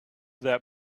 that